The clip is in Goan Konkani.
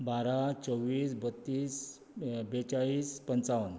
बारा चौवीस बत्तीस बेचाळीस पंचावन